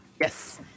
Yes